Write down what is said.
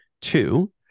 Two